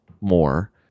more